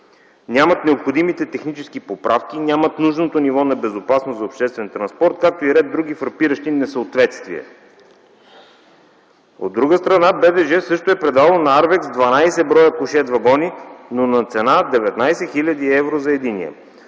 нямат необходимите технически поправки, нямат нужното ниво на безопасност за обществен транспорт, както и ред други фрапиращи несъответствия. От друга страна, БДЖ също е предало на „АРВЕКС” 12 броя кушетвагони, но на цена 19 хил. евро за единия,